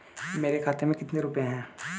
मेरे खाते में कितने रुपये हैं?